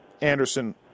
Anderson